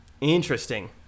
Interesting